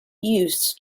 use